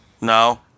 No